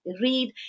read